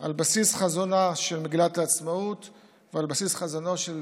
על בסיס חזונה של מגילת העצמאות ועל בסיס חזונו של